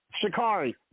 Shikari